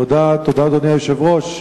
תודה, אדוני היושב-ראש.